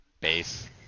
base